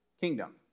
kingdom